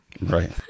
Right